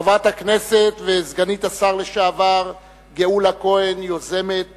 חברת הכנסת וסגנית השר לשעבר גאולה כהן, יוזמת